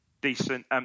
decent